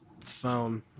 phone